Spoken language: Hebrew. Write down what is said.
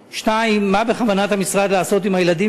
2. מה בכוונת המשרד לעשות עם הילדים